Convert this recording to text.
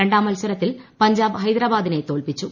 രണ്ടാം മത്സരത്തിൽ പഞ്ചാബ് ഹൈദരാബാദിനെ തോൽപ്പിച്ചു